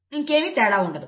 ఇంక ఏమీ తేడా ఉండదు